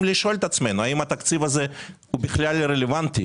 לשאול את עצמנו: האם התקציב הזה בכלל רלוונטי?